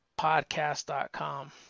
podcast.com